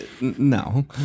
No